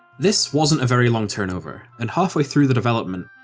this wasn't a very long turnover and halfway through the development,